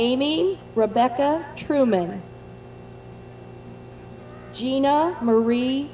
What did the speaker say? amy rebecca truman gina marie